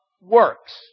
works